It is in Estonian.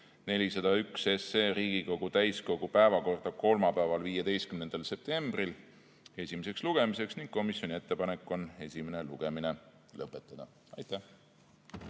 401 Riigikogu täiskogu päevakorda kolmapäeval, 15. septembril esimeseks lugemiseks ning teha ka ettepanek esimene lugemine lõpetada. Aitäh!